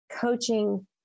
coaching